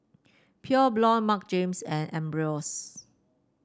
Pure Blonde Marc Jacobs and Ambros